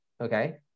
okay